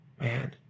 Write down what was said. man